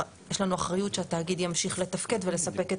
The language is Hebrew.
יש לנו אחריות שהתאגיד ימשיך לתפקד ולספק את